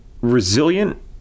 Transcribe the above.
resilient